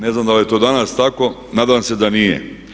Ne znam da li je to danas tako, nadam se da nije.